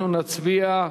אנחנו נצביע.